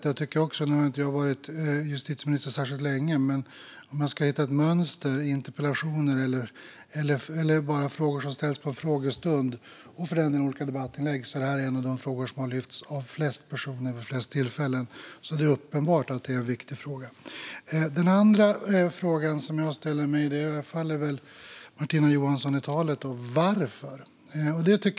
Nu har inte jag varit justitieminister särskilt länge, men om jag ska hitta ett mönster i interpellationer, frågor ställda vid frågestunder och för den delen även övriga debattinlägg kan jag konstatera att detta är en av de frågor som har lyfts av flest personer vid flest tillfällen. Det är alltså uppenbart att det är en viktig fråga. Den andra fråga jag ställer mig, och här faller jag väl Martina Johansson i talet, är varför.